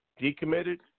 decommitted